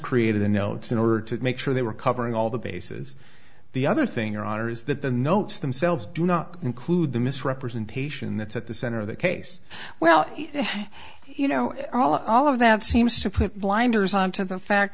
created in notes in order to make sure they were covering all the bases the other thing your honor is that the notes themselves do not include the misrepresentation that's at the center of the case well you know all all of that seems to put blinders on to the fact